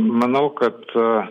manau kad